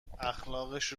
اخلاقش